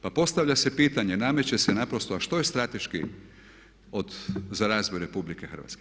Pa postavlja se pitanje, nameće se naprosto a što je strateški interes za razvoj RH?